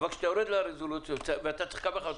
אבל כאשר אתה יורד לרזולוציות ואתה צריך לקבל החלטה,